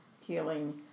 healing